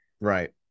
right